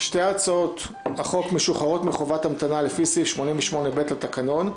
שתי הצעות החוק משוחררות מחובת המתנה לפי סעיף 88(ב) לתקנון,